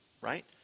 right